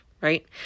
right